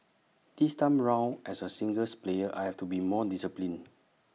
this time round as A singles player I have to be more disciplined